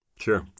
Sure